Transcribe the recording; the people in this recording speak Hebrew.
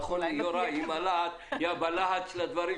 נכון שיוראי בלהט של דבריו